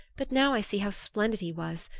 but now i see how splendid he was.